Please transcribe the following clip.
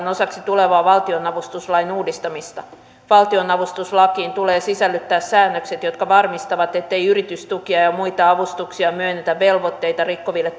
osaksi tulevaa valtion avustuslain uudistamista valtionavustuslakiin tulee sisällyttää säännökset jotka varmistavat ettei yritystukia ja ja muita avustuksia myönnetä velvoitteita rikkoville